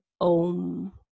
OM